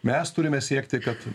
mes turime siekti kad